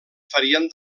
farien